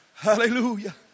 Hallelujah